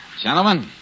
Gentlemen